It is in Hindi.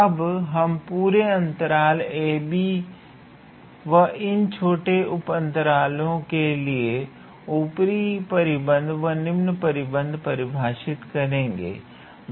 अब हम पूरे अंतराल 𝑎b व इन छोटे उप अंतराल के लिए ऊपरी परिबद्ध व निम्न परिबद्ध परिभाषित करेंगे